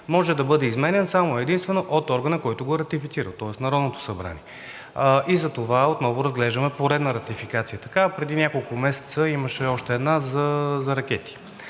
може да бъде изменян само и единствено от органа, който го е ратифицирал, тоест Народното събрание, и затова отново разглеждаме поредна ратификация. Така преди няколко месеца имаше още една за ракети,